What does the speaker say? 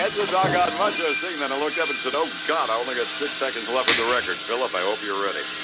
ah doggone much thing, then i looked up and said oh god, i only got six seconds left of the record, phillip i hope you're ready.